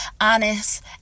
honest